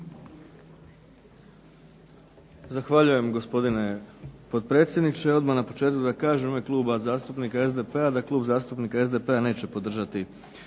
Zahvaljujem gospodine potpredsjedniče. Odmah na početku da kažem u ime Kluba zastupnika SDP-a, da Klub zastupnika SDP-a neće podržati